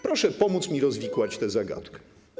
Proszę pomóc mi rozwikłać tę zagadkę.